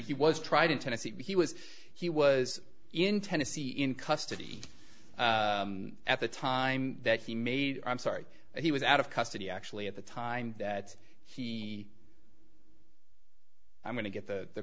he was tried in tennessee and he was he was in tennessee in custody at the time that he made i'm sorry he was out of custody actually at the time that he i'm going to get the